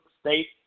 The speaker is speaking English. State